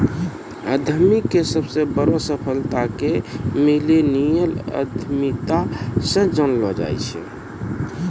उद्यमीके सबसे बड़ो सफलता के मिल्लेनियल उद्यमिता से जानलो जाय छै